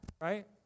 right